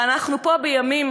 אנחנו פה בימים